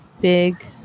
big